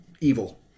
evil